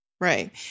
Right